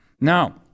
Now